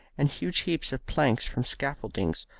and huge heaps of planks from scaffoldings,